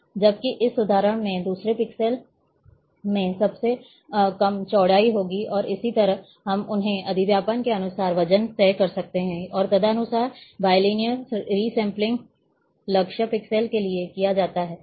जबकि इस उदाहरण में दूसरे पिक्सेल में सबसे कम चौड़ाई होगी और इसी तरह हम उनके अधिव्यापन के अनुसार वजन तय करते हैं और तदनुसार द्विरेखीय सैंपलिंग रिसेंपलिंग लक्ष्य पिक्सेल के लिए किया जाता है